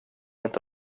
inte